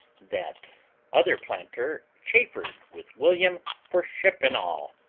that other planter chaffered with william for ship and all,